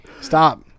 Stop